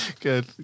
good